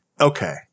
okay